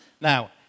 Now